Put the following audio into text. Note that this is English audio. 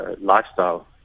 lifestyle